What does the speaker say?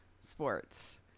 Sports